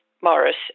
Morris